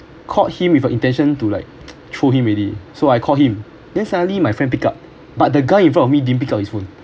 caught him with a intention to like throw him already so I call him then suddenly my friend pick up but the guy in front of me didn't pick up his phone